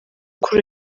kuri